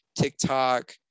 TikTok